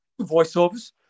voiceovers